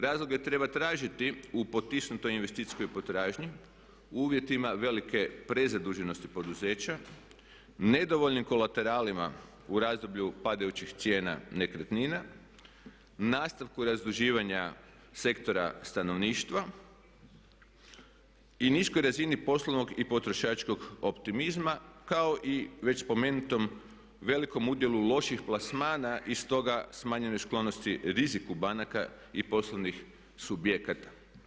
Razloge treba tražiti u potisnutoj investicijskoj potražnji u uvjetima velike prezaduženosti poduzeća, nedovoljnim kolateralima u razdoblju padajućih cijena nekretnina, nastavku razduživanja sektora stanovništva i niskoj razini poslovnog i potrošačkog optimizma kao i već spomenutom velikom udjelu loših plasmana i stoga smanjenoj sklonosti riziku banaka i poslovnih subjekata.